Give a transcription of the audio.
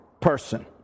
person